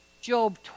Job